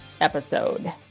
episode